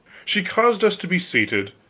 she caused us to be seated,